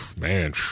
Man